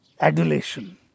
adulation